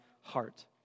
heart